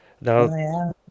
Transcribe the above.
now